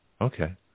okay